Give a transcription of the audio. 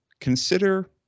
Consider